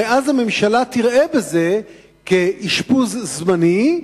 הממשלה תראה בזה אשפוז זמני,